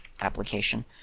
application